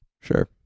sure